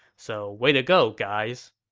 so, way to go guys